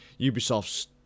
Ubisoft's